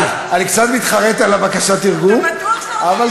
יואל, אתה בטוח שאתה רוצה לשמוע תרגום?